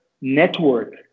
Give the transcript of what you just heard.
network